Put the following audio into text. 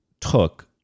took